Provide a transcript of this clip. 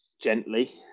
gently